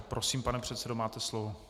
Prosím, pane předsedo, máte slovo.